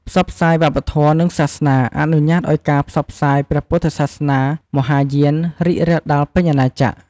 ផ្សព្វផ្សាយវប្បធម៌ និងសាសនា អនុញ្ញាតឲ្យការផ្សព្វផ្សាយព្រះពុទ្ធសាសនាមហាយានរីករាលដាលពេញអាណាចក្រ។